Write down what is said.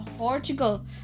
portugal